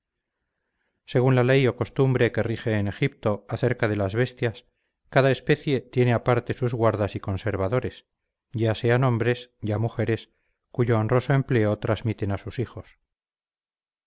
según la ley o costumbre que rige en egipto acerca de las bestias cada especie tiene aparte sus guardas y conservadores ya sean hombres ya mujeres cuyo honroso empleo trasmiten a sus hijos